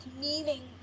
meaning